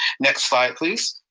next slide please.